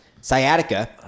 sciatica